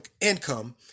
income